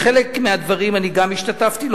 בחלק מהדברים אני גם השתתפתי,